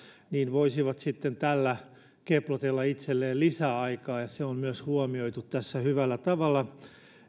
voisivat sitten tällä keplotella itselleen lisäaikaa siitä että se on myös huomioitu tässä hyvällä tavalla